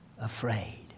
afraid